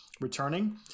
returning